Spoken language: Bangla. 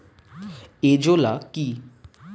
এজোলা কি?